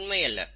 இது உண்மை அல்ல